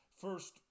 First